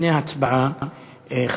לפני ההצבעה,